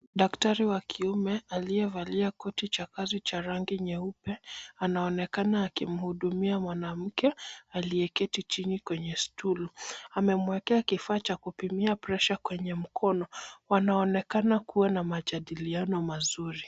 Daktari wa kiume aliyevaa koti cha kazi cha rangi nyeupe, anaonekana akimhudumia mwanamke aliyeketi chini kwenye stulu. Amemwekea kifaa cha kupimia pressure kwenye mkono. Wanaonekana kuwa na majadiliano mazuri.